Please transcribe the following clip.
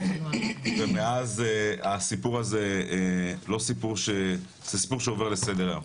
ומאז הסיפור הזה לא סיפור שעובר לסדר היום.